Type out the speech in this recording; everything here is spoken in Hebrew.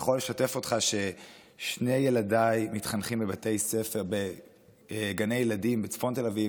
אני יכול לשתף אותך ששני ילדיי מתחנכים בגני ילדים בצפון תל אביב,